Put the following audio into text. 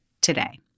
today